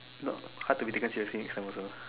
no hard to be taken seriously next time also